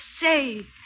say